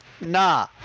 Nah